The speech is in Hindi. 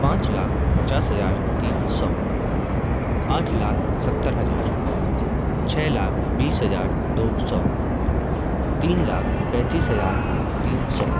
पाँच लाख पचास हज़ार तीन सौ आठ लाख सत्तर हज़ार छः लाख बीस हज़ार दो सौ तीन लाख पेंतीस हज़ार तीन सौ